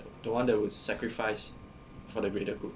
the one that would sacrifice for the greater good